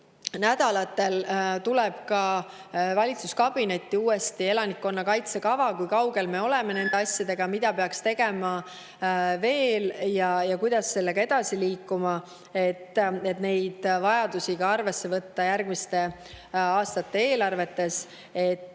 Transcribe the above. lähinädalatel tuleb valitsuskabinetti uuesti elanikkonnakaitse kava. Kui kaugel me oleme nende asjadega? Mida peaks veel tegema ja kuidas edasi liikuma, et neid vajadusi arvesse võtta järgmiste aastate eelarvetes? Me